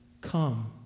come